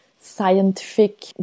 scientific